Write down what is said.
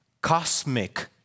cosmic